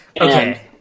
okay